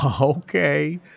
Okay